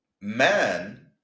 man